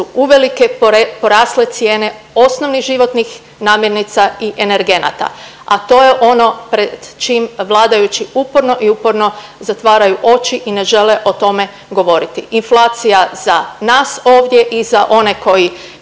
uvelike porasle cijene osnovnih životnih namirnica i energenata, a to je ono pred čim vladajući uporno i uporno zatvaraju oči i ne žele o tome govoriti. Inflacija za nas ovdje i za one koji,